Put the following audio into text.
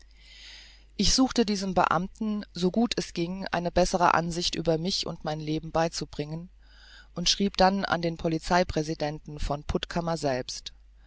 ich suchte diesem beamten so gut es ging eine bessere ansicht über mich und mein leben beizubringen und schrieb dann an den polizei präsidenten von puttkammer selbst